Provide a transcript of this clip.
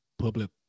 public